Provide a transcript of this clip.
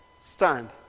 stand